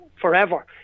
forever